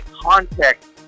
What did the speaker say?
context